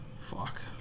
Fuck